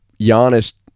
Giannis